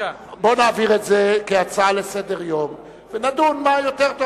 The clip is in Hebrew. בוא נעביר את זה כהצעה לסדר-היום ונדון מה יותר טוב.